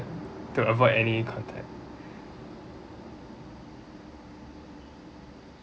to avoid any contact